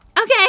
Okay